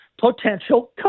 potential